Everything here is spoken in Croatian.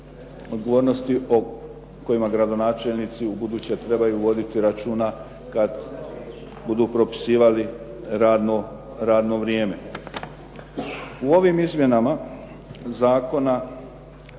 odgovornosti o kojima gradonačelnici ubuduće trebaju voditi računa kad budu propisivali radno vrijeme. U ovim izmjenama zakona